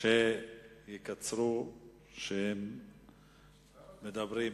שיקצרו כשהם מדברים.